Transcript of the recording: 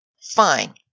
Fine